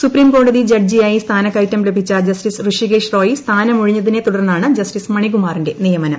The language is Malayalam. സുപ്രീം കോടതി ജഡ്ജിയായി സ്ഥാനക്കയറ്റം ലഭിച്ച ജസ്റ്റിസ് ഋഷികേശ് റോയി സ്ഥാനമൊഴിഞ്ഞതിനെ തുടർന്നാണ് ജസ്റ്റിസ് മണികുമാറിന്റെ നിയമനം